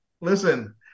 Listen